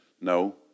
No